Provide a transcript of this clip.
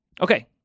okay